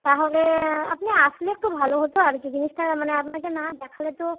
তাহলে আপনি আসলে একটু ভালো হতো আর কি জিনিসটা মানে আপনাকে না দেখালে তো